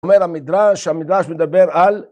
אומר המדרש, המדרש מדבר על